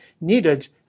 needed